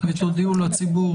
ותודיעו לציבור.